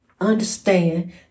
Understand